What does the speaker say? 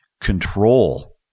control